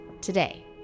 today